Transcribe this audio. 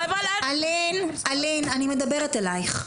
אלין, אלין, אני מדברת אלייך.